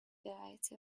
variety